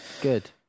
Good